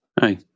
Hi